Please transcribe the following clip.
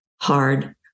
hard